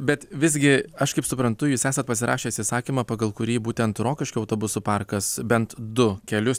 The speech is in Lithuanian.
bet visgi aš kaip suprantu jūs esat pasirašęs įsakymą pagal kurį būtent rokiškio autobusų parkas bent du kelius